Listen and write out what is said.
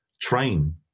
train